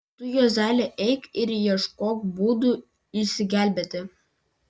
tu juozeli eik ir ieškok būdų išsigelbėti